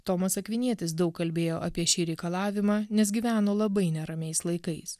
tomas akvinietis daug kalbėjo apie šį reikalavimą nes gyveno labai neramiais laikais